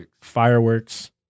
Fireworks